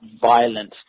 violence